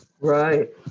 right